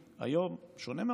שונה,